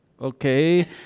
Okay